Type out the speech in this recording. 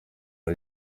rya